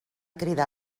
cridar